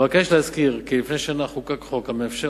אבקש להזכיר כי לפני כשנה חוקק חוק המאפשר